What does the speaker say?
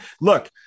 look